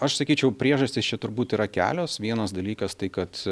aš sakyčiau priežastys čia turbūt yra kelios vienas dalykas tai kad